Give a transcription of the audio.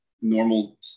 normal